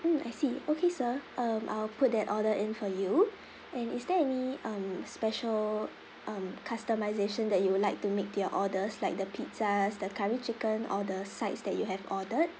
mm I see okay sir um I'll put that order in for you and is there any um special um customisation that you would like to make to your orders like the pizzas the curry chicken or the sides that you have ordered